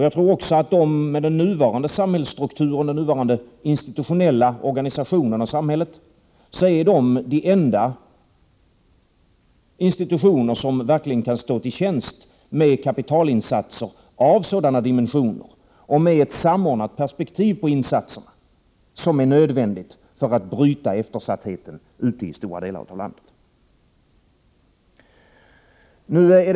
Jag tror också att med den nuvarande samhällsstrukturen och den nuvarande institutionella organisationen av samhället är löntagarfonderna de enda institutioner som verkligen kan stå till tjänst med kapitalinsatser av sådana dimensioner och med ett samordnat perspektiv på insatserna som fordras för att bryta eftersattheten i stora delar av landet.